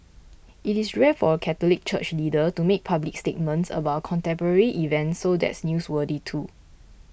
it is rare for a Catholic church leader to make public statements about a contemporary event so that's newsworthy too